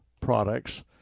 products